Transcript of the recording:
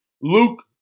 Luke